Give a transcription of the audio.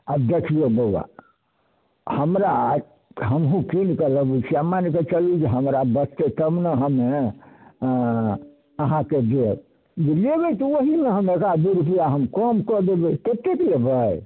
आब देखियौ बौआ हमरा हमहूँ कीन कऽ लबै छियै आब मानिके चलू जे हमरा बचतै तब ने हमे अहाँके देब लेबै तऽ ओहिमे एक आध दू रुपैआ हम कम कऽ देबै कतेक लेबै